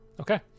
Okay